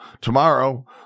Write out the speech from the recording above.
tomorrow